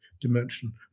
dimension